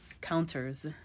counters